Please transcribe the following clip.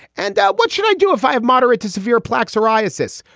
and what should i do if i have moderate to severe plaque psoriasis?